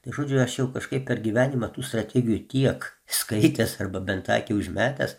žodžiu aš jau kažkaip per gyvenimą tų strategijų tiek skaitęs arba bent akį užmetęs